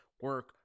Work